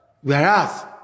Whereas